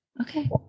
Okay